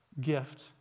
gift